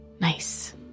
Nice